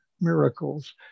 miracles